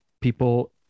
people